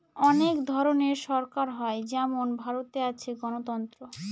অনেক ধরনের সরকার হয় যেমন ভারতে আছে গণতন্ত্র